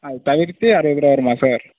அது தவிர்த்து அறுபது ரூவா வருமா சார்